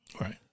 right